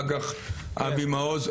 אחר כך אבי מעוז,